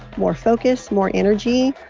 more focus, more energy,